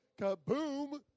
kaboom